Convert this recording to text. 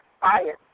fire